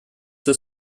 das